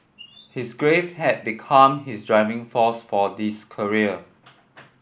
his grief had become his driving force for this career